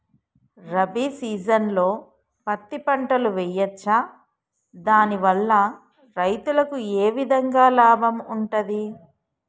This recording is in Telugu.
రబీ సీజన్లో పత్తి పంటలు వేయచ్చా దాని వల్ల రైతులకు ఏ విధంగా లాభం ఉంటది?